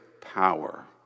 power